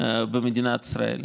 במדינת ישראל.